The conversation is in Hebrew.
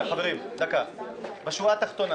חברים, בשורה התחתונה